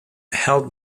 held